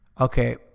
Okay